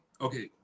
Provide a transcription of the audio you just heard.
okay